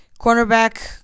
cornerback